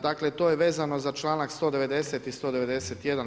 Dakle to je vezano za članak 190. i 191.